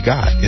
God